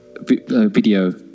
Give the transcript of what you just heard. video